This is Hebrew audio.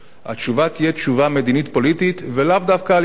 התשובה תהיה מדינית-פוליטית, ולאו דווקא על-ידינו.